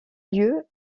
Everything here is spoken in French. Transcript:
lieu